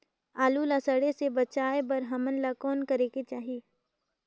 आलू ला सड़े से बचाये बर हमन ला कौन करेके चाही?